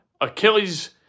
Achilles